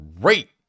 great